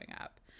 up